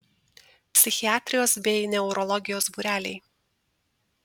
psichiatrijos bei neurologijos būreliai